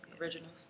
Originals